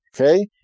Okay